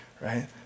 right